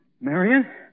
Marion